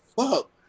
fuck